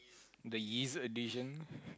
the yeez addition